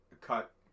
cut